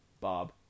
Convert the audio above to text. Bob